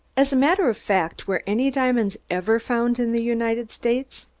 as a matter of fact, were any diamonds ever found in the united states?